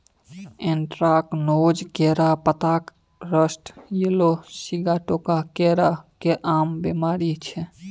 anthracnose, केरा पातक rust, yellow sigatoka केरा केर आम बेमारी छै